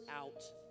out